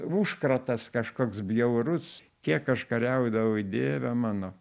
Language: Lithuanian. užkratas kažkoks bjaurus kiek aš kariaudavau dieve mano